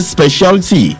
Specialty